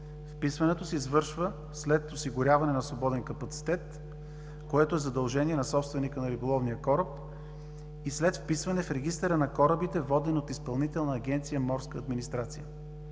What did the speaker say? Вписването се извършва след осигуряване на свободен капацитет, което е задължение на собственика на риболовния кораб, и след вписване в Регистъра на корабите, воден от Изпълнителна дирекция „Морска администрация“.